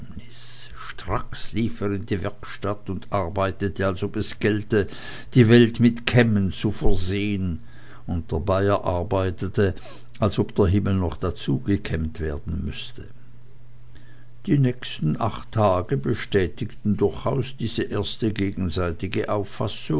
in die werkstatt und arbeitete als ob es gälte die welt mit kämmen zu versehen und der bayer arbeitete als ob der himmel noch dazu gekämmt werden müßte die nächsten acht tage bestätigten durchaus diese erste gegenseitige auffassung